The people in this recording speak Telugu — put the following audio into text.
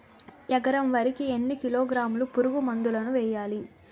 ఎకర వరి కి ఎన్ని కిలోగ్రాముల పురుగు మందులను వేయాలి?